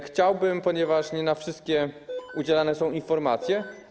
Chciałbym, ponieważ nie na wszystkie udzielane są informacje.